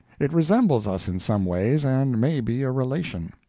it resembles us in some ways, and may be a relation.